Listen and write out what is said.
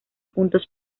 puntos